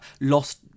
lost